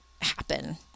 happen